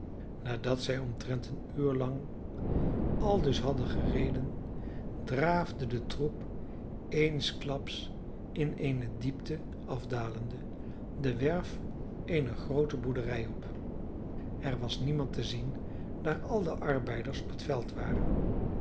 nadat zij omtrent een uur lang aldus hadden gereden draafde de troep eensklaps in eene diepte afdalende de werf eener groote boerderij op er was niemand te zien daar al de arbeiders op het veld waren